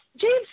James